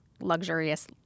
luxurious